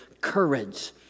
courage